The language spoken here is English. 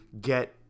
get